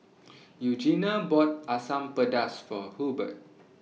Eugenia bought Asam Pedas For Hurbert